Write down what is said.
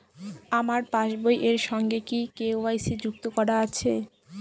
আমার পাসবই এর সঙ্গে কি কে.ওয়াই.সি যুক্ত করা আছে?